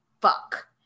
fuck